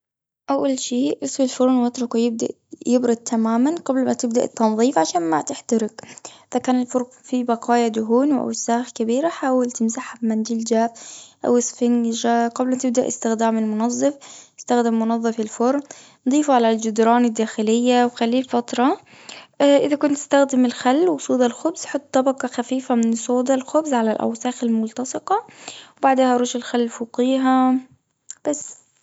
أول شي اسوي الفرن، واتركه يبدأ يبرد تماماً قبل ما تبدأ التنظيف، عشان ما تحترق. إذا كان الفرن فيه بقايا دهون وأوساخ كبيرة، حاول تمسحها بمنديل جاف، أو أسفنجة، قبل ما تبدأ استخدام المنظف. استخدم منظف الفرن، ضيفه على الجدران الداخلية، وخليه فترة. إذا كنت تستخدم الخل وصودا الخبز. حط طبقة خفيفة من صودا الخبز على الأوساخ الملتصقة، وبعدها رش الخل فوقيها، بس.